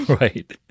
right